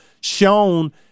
shown